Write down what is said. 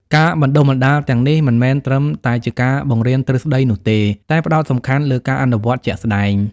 ការបណ្តុះបណ្តាលទាំងនេះមិនមែនត្រឹមតែជាការបង្រៀនទ្រឹស្តីនោះទេ តែផ្តោតសំខាន់លើការអនុវត្តជាក់ស្តែង។